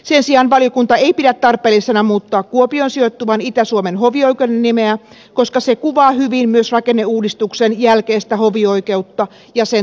sen sijaan valiokunta ei pidä tarpeellisena muuttaa kuopioon sijoittuvan itä suomen hovioikeuden nimeä koska se kuvaa hyvin myös rakenneuudistuksen jälkeistä hovioikeutta ja sen tuomiopiiriä